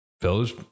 fellas